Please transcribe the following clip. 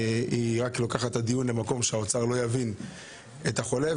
היא רק לוקחת את הדיון למקום שהאוצר לא יבין את החולה,